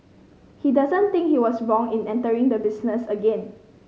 he doesn't think he was wrong in entering the business again